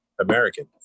American